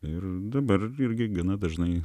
ir dabar irgi gana dažnai